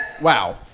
Wow